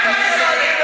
אתה לא מתבייש?